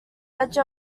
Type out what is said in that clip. edge